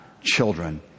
children